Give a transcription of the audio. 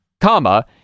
comma